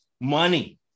money